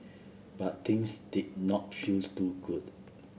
but things did not feels too good